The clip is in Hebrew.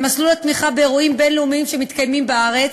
למסלול התמיכה באירועים בין-לאומיים שמתקיימים בארץ,